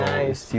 Nice